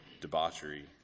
debauchery